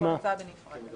כל הצבעה בנפרד.